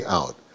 out